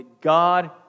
God